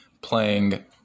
playing